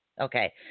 Okay